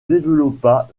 développa